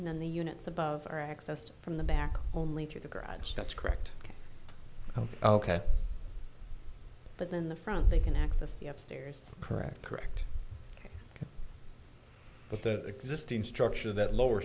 and then the units above are accessed from the back only through the grads that's correct ok but in the front they can access the upstairs correct correct but the existing structure that lower